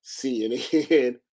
CNN